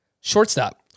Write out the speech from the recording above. shortstop